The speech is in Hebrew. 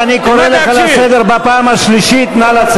אני קורא אותך לסדר בפעם הראשונה.